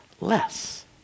less